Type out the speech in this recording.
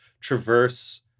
traverse